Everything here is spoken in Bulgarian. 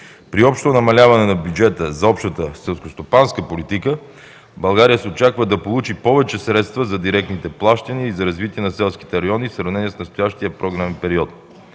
При общото намаляване на бюджета за общата селскостопанска политика, България се очаква да получи повече средства за директните плащания и за развитие на селските райони в сравнение с настоящия програмен период.